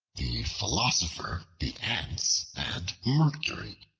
the philosopher, the ants, and mercury